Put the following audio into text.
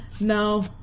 No